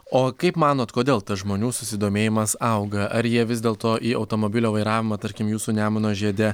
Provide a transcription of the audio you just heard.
o kaip manot kodėl tas žmonių susidomėjimas auga ar jie vis dėlto į automobilio vairavimą tarkim jūsų nemuno žiede